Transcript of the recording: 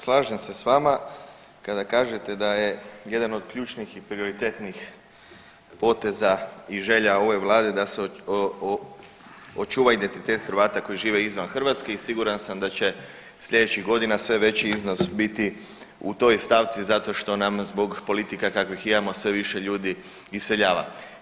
Slažem se s vama kada kažete da je jedan od ključnih i prioritetnih poteza i želja ove Vlade da se očuva identitet Hrvata koji žive izvan Hrvatske i siguran sam da će sljedećih godina sve veći iznos biti u toj stavci zato što nam zbog politika kakvih imamo, sve više ljudi iseljava.